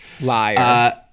liar